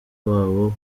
babo